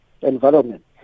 environment